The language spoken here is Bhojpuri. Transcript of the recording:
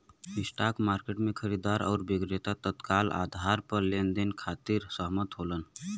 स्पॉट मार्केट में खरीदार आउर विक्रेता तत्काल आधार पर लेनदेन के खातिर सहमत होलन